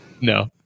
No